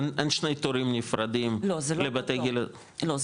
אין שני תורים נפרדים לבתי גיל --- לא,